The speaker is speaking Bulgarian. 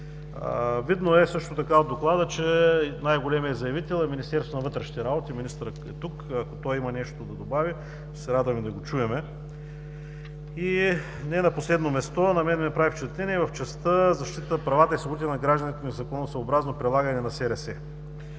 Видно е също така от Доклада, че най-големият заявител е Министерство на вътрешните работи – министърът е тук, ако той има нещо да добави ще се радваме да го чуем. Не на последно място на мен ми направи впечатление в частта „Защита правата и свободите на гражданите за незаконосъобразно прилагане на СРС“.